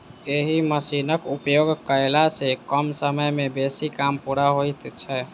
एहि मशीनक उपयोग कयला सॅ कम समय मे बेसी काम पूरा होइत छै